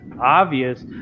obvious